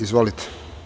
Izvolite.